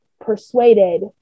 persuaded